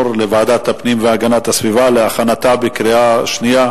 לוועדת הפנים והגנת הסביבה להכנתה בקריאה שנייה.